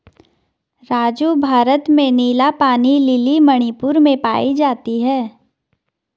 राजू भारत में नीला पानी लिली मणिपुर में पाई जाती हैं